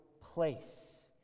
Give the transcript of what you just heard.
place